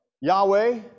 Yahweh